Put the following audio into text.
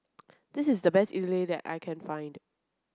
this is the best Idili that I can find